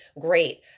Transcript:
great